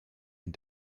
and